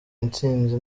intsinzi